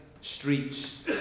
streets